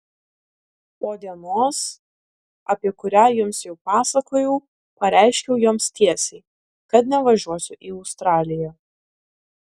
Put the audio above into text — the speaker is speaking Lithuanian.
po dienos apie kurią jums jau pasakojau pareiškiau joms tiesiai kad nevažiuosiu į australiją